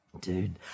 dude